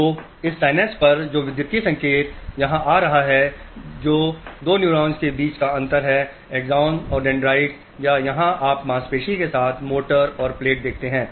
तो इस SYANPSE पर जो विद्युत संकेत यहां आ रहा है जो दो न्यूरॉन्स के बीच का अंतर हैAXON और डेन्ड्राइट या यहाँ आप मांसपेशी के साथ मोटर और प्लेट देखते हैं